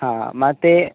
ಹಾಂ ಮತ್ತೆ